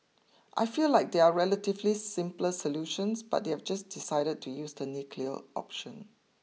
I feel like there are relatively simpler solutions but they just decided to use the nuclear option